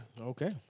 Okay